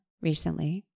recently